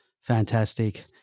Fantastic